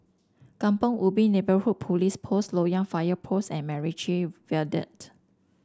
Kampong Ubi Neighbourhood Police Post Loyang Fire Post and MacRitchie Viaduct